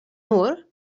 noor